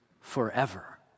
forever